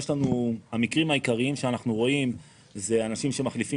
המקרים העיקריים שאנחנו רואים זה אנשים שמחליפים